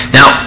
Now